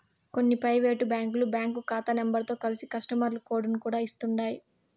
కొన్ని పైవేటు బ్యాంకులు బ్యాంకు కాతా నెంబరుతో కలిసి కస్టమరు కోడుని కూడా ఇస్తుండాయ్